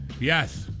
yes